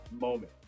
moment